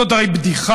זאת הרי בדיחה.